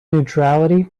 neutrality